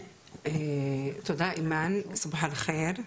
תודה אימאן, בוקר טוב.